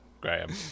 Graham